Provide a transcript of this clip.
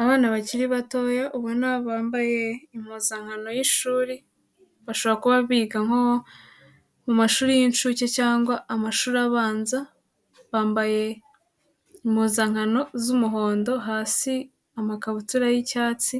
Abana bakiri batoya ubona bambaye impuzankano y'ishuri, bashobora kuba biga nko mu mashuri y'inshuke cyangwa amashuri abanza, bambaye impuzankano z'umuhondo hasi amakabutura y'icyatsi,